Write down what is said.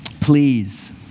Please